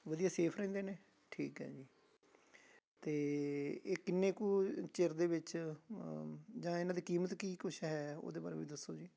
ਵਧੀਆ ਸੇਫ ਰਹਿੰਦੇ ਨੇ ਠੀਕ ਹੈ ਜੀ ਅਤੇ ਇਹ ਕਿੰਨੇ ਕੁ ਚਿਰ ਦੇ ਵਿੱਚ ਜਾਂ ਇਹਨਾਂ ਦੀ ਕੀਮਤ ਕੀ ਕੁਛ ਹੈ ਉਹਦੇ ਬਾਰੇ ਵੀ ਦੱਸੋ ਜੀ